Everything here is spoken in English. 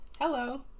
Hello